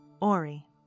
Ori